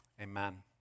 Amen